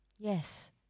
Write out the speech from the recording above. Yes